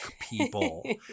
people